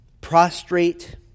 prostrate